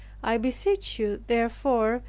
i beseech you, therefore,